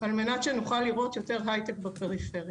על מנת שנוכל לראות יותר הייטק בפריפריה.